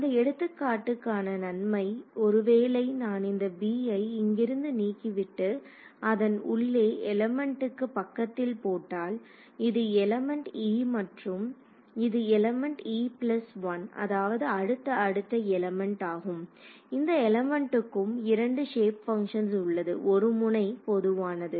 அந்த எடுத்துக்காட்டுக்கான நன்மை ஒருவேளை நான் இந்த b ஐ இங்கிருந்து நீக்கிவிட்டு அதை உள்ளே எலிமெண்ட்டுக்கு பக்கத்தில் போட்டாள் இது எலிமெண்ட் e மற்றும் இது எலிமெண்ட் e1 அதாவது அடுத்த அடுத்த எலிமெண்ட் ஆகும் இந்த எலிமெண்ட்டுக்கும் இரண்டு சேப் பங்க்ஷன்ஸ் உள்ளது ஒரு முனை பொதுவானது